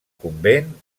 convent